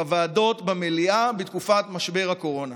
בוועדות, במליאה בתקופת משבר הקורונה?